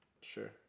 sure